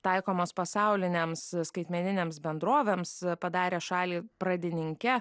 taikomas pasauliniams skaitmeninėms bendrovėms padarė šalį pradininke